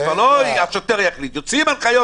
כבר לא השוטר יחליט, כבר יוצאות הנחיות.